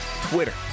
Twitter